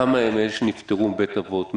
כמה מאלה שנפטרו מבית אבות.